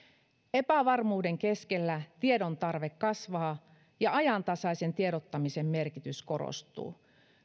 epävarmuuden keskellä tiedon tarve kasvaa ja ajantasaisen tiedottamisen merkitys korostuu